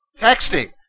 Texting